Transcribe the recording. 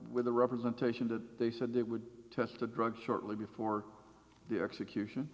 with the representation to they said they would test the drug shortly before the execution